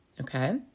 okay